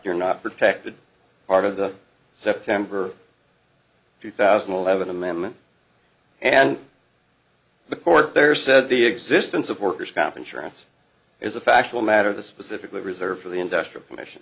you're not protected part of the september two thousand and eleven amendment and the court there said the existence of worker's comp insurance is a factual matter that specifically reserved for the industrial commission